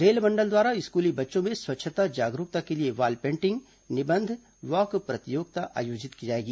रेलमंडल द्वारा स्कूली बच्चों में स्वच्छता जागरूकता के लिये वाल पेन्टिंग निबंध वाक् प्रतियोगिता आयोजित की जाएगी